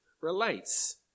relates